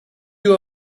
you